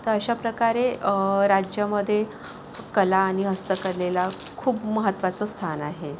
तर अशाप्रकारे राज्यामध्ये कला आणि हस्तकलेला खूप महत्त्वाचं स्थान आहे